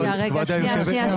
רגע, שנייה.